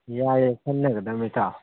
ꯌꯥꯏꯌꯦ ꯈꯟꯅꯒꯗꯃꯤ ꯏꯇꯥꯎ